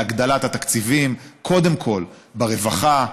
בהגדלת התקציבים קודם כול ברווחה,